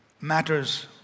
matters